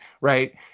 right